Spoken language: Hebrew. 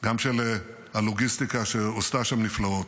גם של הלוגיסטיקה שעושה שם נפלאות.